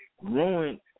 ruined